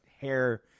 hair